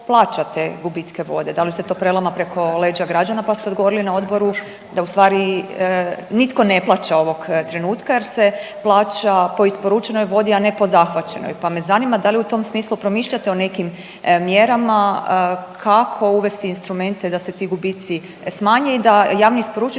plaća te gubitke vode, da li se to prelama preko leđa građana pa ste odgovorili na odboru da ustvari nitko ne plaća ovog trenutka jer se plaća po isporučenoj vodi, a ne po zahvaćenoj, pa me zanima, da li u tom smislu promišljate o nekim mjerama, kako uvesti instrumente da se ti gubici smanje i da javni isporučitelji